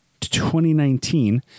2019